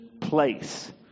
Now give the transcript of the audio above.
place